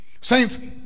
Saints